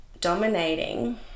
dominating